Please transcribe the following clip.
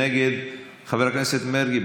חבר הכנסת מרגי,